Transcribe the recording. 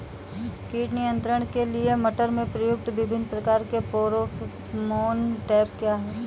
कीट नियंत्रण के लिए मटर में प्रयुक्त विभिन्न प्रकार के फेरोमोन ट्रैप क्या है?